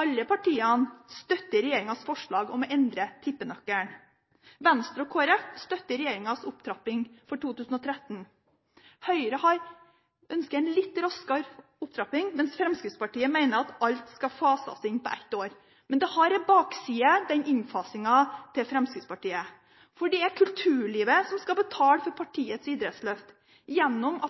Alle partiene støtter regjeringens forslag om å endre tippenøkkelen. Venstre og Kristelig Folkeparti støtter regjeringens opptrapping for 2013, Høyre ønsker en litt raskere opptrapping, mens Fremskrittspartiet mener at alt skal fases inn på ett år. Men innfasingen til Fremskrittspartiet har en bakside, for det er kulturlivet som skal betale for partiets idrettsløft, gjennom